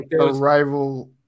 arrival